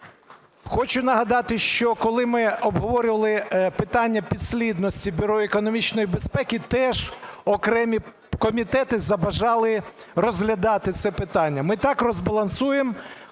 Хочу нагадати, що коли ми обговорювали питання підслідності Бюро економічної безпеки, теж окремі комітети забажали розглядати це питання. Ми так розбалансуємо